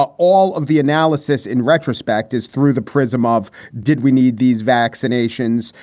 all all of the analysis in retrospect is through the prism of did we need these vaccinations?